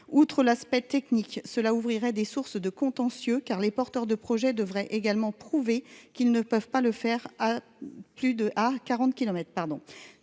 outre l'aspect technique, cela ouvrirait des sources de contentieux car les porteurs de projets devrait également prouver qu'ils ne peuvent pas le faire à plus